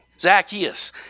Zacchaeus